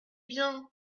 bien